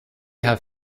have